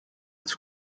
its